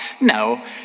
No